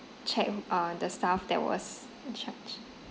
check uh the staff that was in charge